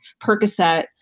Percocet